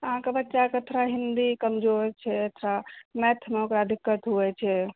अहाँक बच्चाके थोड़ा हिन्दी कमजोर छै थोड़ा मैथमे ओकरा दिक्कत होइ छै